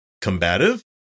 combative